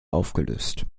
aufgelöst